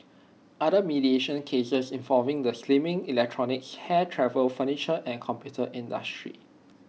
other mediation cases involved the slimming electronics hair travel furniture and computer industries